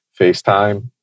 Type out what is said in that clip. FaceTime